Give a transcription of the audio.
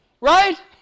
Right